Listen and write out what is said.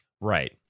Right